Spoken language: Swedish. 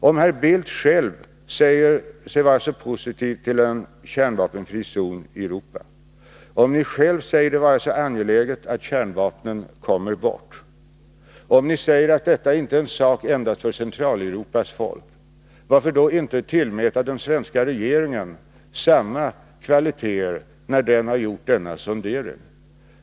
Om herr Bildt själv säger sig vara så positiv till en kärnvapenfri zon i Europa, om ni själv förklarar det vara så angeläget att kärnvapnen kommer bort, om ni säger att detta inte är en sak endast för Centraleuropas folk, varför då inte tillmäta den svenska regeringen samma kvaliteter när den har gjort denna sondering?